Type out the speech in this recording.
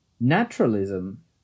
Naturalism